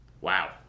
Wow